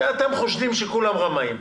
אתם חושדים שכולם רמאים,